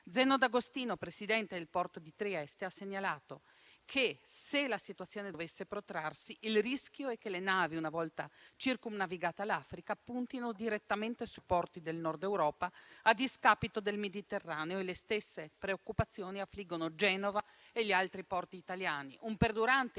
Zeno D'Agostino, presidente del porto di Trieste, ha segnalato che, se la situazione dovesse protrarsi, il rischio è che le navi, una volta circumnavigata l'Africa, puntino direttamente sui porti del Nord Europa a discapito del Mediterraneo e le stesse preoccupazioni affliggono Genova e gli altri porti italiani. Un perdurante, massiccio